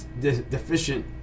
deficient